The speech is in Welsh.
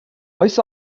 oes